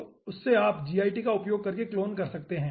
तो उससे आप git का उपयोग करके क्लोन कर सकते हैं